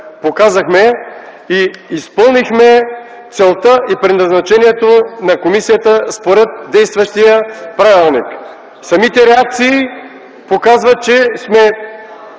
практика изпълнихме целта и предназначението на комисията, според действащия правилник. Самите реакции показват, че сме